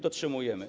Dotrzymujemy.